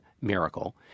Miracle